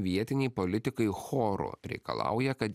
vietiniai politikai choru reikalauja kad